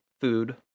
food